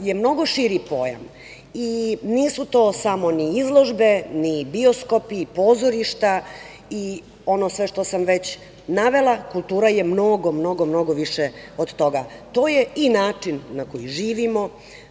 je mnogo širi pojam i nisu to samo ni izložbe, ni bioskopi, pozorišta i ono sve što sam već navela, kultura je mnogo više od toga. To je i način na koji živimo,